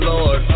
Lord